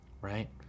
right